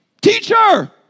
Teacher